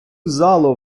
залу